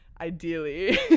ideally